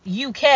UK